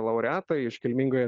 laureatai iškilmingoje